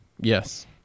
Yes